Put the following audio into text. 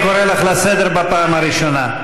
אני קורא אותך לסדר בפעם הראשונה.